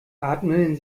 atmen